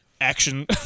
action